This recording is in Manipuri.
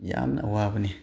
ꯌꯥꯝꯅ ꯑꯋꯥꯕꯅꯤ